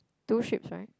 two strips right